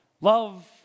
Love